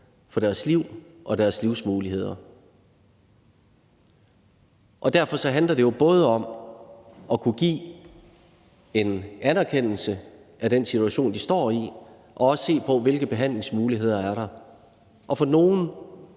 for deres liv og deres livsmuligheder. Derfor handler det jo både om at kunne give en anerkendelse af den situation, de står i, og også se på, hvilke behandlingsmuligheder der er. Og for nogle